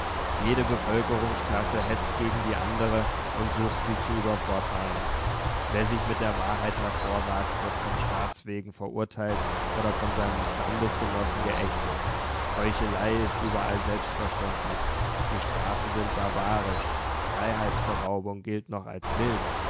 jede bevölkerungsklasse hetzt gegen die andere und sucht sie zu übervorteilen wer sich mit der wahrheit hervorwagt wird von staats wegen verurteilt oder von seinen standesgenossen geächtet heuchelei ist überall selbstverständlich die strafen sind barbarisch freiheitsberaubung gilt noch als mild